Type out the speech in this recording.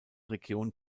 region